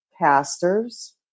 pastors